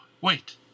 wait